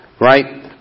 Right